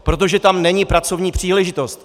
Protože tam není pracovní příležitost.